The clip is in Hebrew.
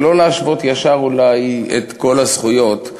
ואולי לא להשוות ישר את כל הזכויות,